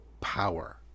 power